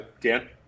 Dan